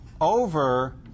over